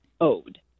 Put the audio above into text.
owed